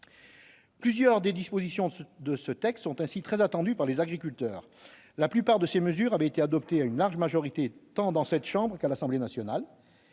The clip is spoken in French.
Plusieurs des dispositions de ce texte sont ainsi très attendues par les agriculteurs. La plupart de ces mesures avaient été adoptées à une large majorité, tant dans cette chambre qu'à l'Assemblée nationale.